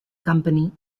company